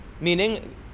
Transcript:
Meaning